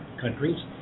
countries